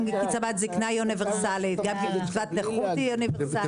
גם קצבת זקנה וקצבת נכות הן אוניברסליות.